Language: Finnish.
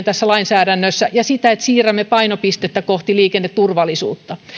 tässä lainsäädännössä oikeudenmukaisuuteen ja siihen että siirrämme painopistettä kohti liikenneturvallisuutta